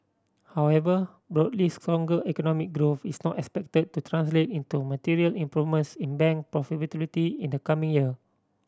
however broadly stronger economic growth is not expected to translate into material improvements in bank profitability in the coming year